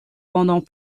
pendant